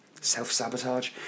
Self-sabotage